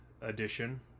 edition